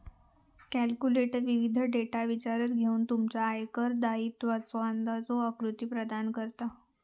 calculator विविध data विचारात घेऊन तुमच्या आयकर दायित्वाचो अंदाजे आकृती प्रदान करता